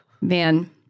man